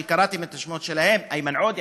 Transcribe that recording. שקראתם את השמות שלהם: איימן עודה,